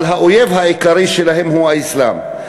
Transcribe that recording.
אבל האויב העיקרי שלהם הוא האסלאם.